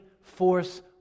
force